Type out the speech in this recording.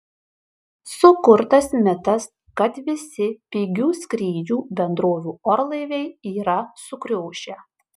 sukurtas mitas kad visi pigių skrydžių bendrovių orlaiviai yra sukriošę